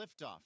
liftoff